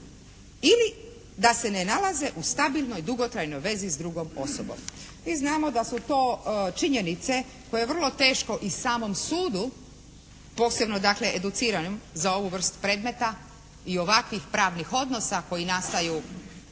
ili da se ne nalaze u stabilnoj dugotrajnoj vezi s drugom osobom. Mi znamo da su to činjenice koje je vrlo teško i samom sudu, posebno dakle educiranom za ovu vrstu predmeta i ovakvih pravnih odnosa koji nastaju među